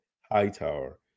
Hightower